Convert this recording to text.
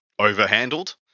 overhandled